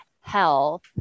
health